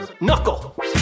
Knuckle